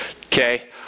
Okay